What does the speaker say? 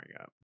up